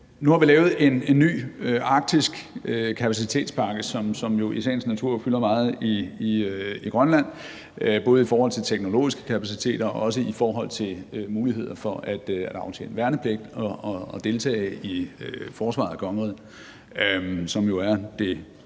Nu har vi lavet en ny arktisk kapacitetspakke, som jo i sagens natur fylder meget i Grønland, både i forhold til teknologiske kapaciteter og i forhold til muligheden for at aftjene værnepligt og deltage i forsvaret af kongeriget, som jo er det